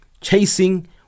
Chasing